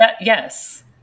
Yes